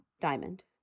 Diamond